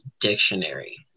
Dictionary